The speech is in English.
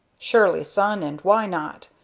surely, son and why not?